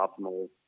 optimal